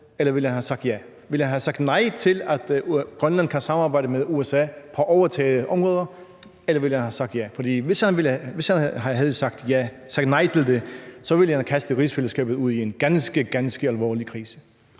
eller ville han have sagt ja? Ville han har sagt nej til, at Grønland kunne arbejde med USA på overtagede områder, eller ville han have sagt ja? For hvis han havde sagt nej til det, ville han have kastet rigsfællesskabet ud i en ganske, ganske alvorlig krise.